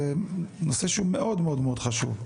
זה נושא שהוא מאוד מאוד חשוב.